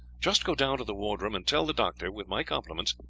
just go down to the wardroom, and tell the doctor, with my compliments,